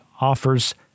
offers